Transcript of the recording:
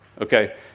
okay